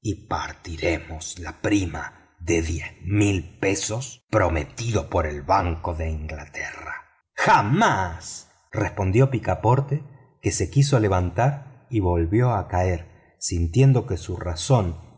y partiremos la prima de dos mil libras prometidas por el banco de inglaterra jamás respondió picaporte que se quiso levantar y volvió a caer sintiendo que su razón